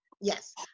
yes